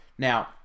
Now